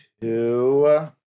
Two